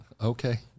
Okay